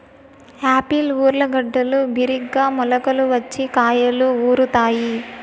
Apple ఊర్లగడ్డలు బిరిగ్గా మొలకలు వచ్చి కాయలుగా ఊరుతాయి